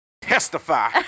testify